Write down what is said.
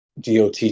DOT